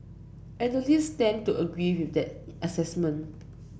analysts tend to agree with that assessment